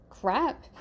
crap